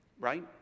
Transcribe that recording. Right